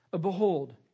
behold